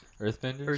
Earthbenders